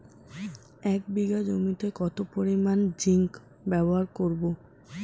এক বিঘা জমিতে কত পরিমান জিংক ব্যবহার করব?